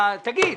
תגיד.